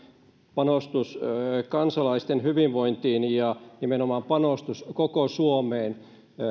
panostus kansalaisten hyvinvointiin ja nimenomaan panostus koko suomeen